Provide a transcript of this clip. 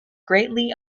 greatly